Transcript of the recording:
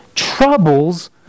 troubles